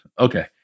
okay